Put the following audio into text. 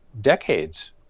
decades